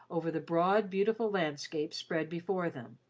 over the broad, beautiful landscape spread before them.